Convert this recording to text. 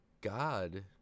God